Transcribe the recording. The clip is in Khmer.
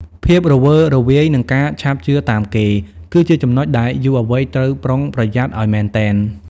ភាពរវើរវាយ និងការឆាប់ជឿតាមគេ គឺជាចំណុចដែលយុវវ័យត្រូវប្រុងប្រយ័ត្នឱ្យមែនទែន។